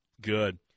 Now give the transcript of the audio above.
Good